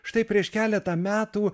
štai prieš keletą metų